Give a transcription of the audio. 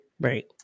Right